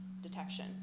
detection